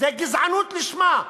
זו גזענות לשמה.